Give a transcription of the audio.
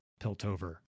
Piltover